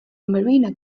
marina